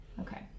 Okay